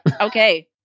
okay